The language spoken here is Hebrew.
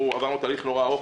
עברנו תהליך ארוך,